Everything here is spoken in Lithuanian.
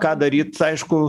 ką daryt aišku